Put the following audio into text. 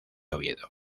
oviedo